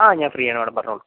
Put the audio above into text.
ആ ഞാൻ ഫ്രീയാണ് മാഡം പറഞ്ഞോളൂ